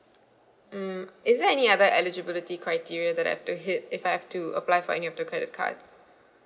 hmm is there any other eligibility criteria that I've to heed if I have to apply for any of the credit cards